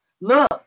Look